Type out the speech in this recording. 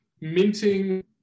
minting